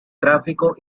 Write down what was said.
tráfico